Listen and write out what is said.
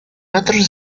otros